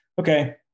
Okay